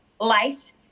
life